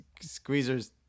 Squeezer's